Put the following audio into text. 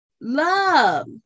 love